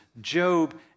Job